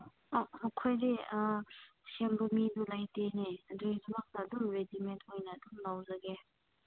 ꯑꯥ ꯑꯩꯈꯣꯏꯗꯤ ꯁꯦꯝꯕ ꯃꯤꯗꯨ ꯂꯩꯇꯦꯅꯦ ꯑꯗꯨꯏꯒꯤ ꯁꯣꯝꯗ ꯑꯗꯨꯝ ꯔꯦꯗꯤꯃꯦꯗ ꯑꯣꯏꯅ ꯑꯗꯨꯝ ꯂꯧꯖꯒꯦ